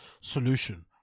solution